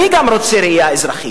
גם אני רוצה ראייה אזרחית.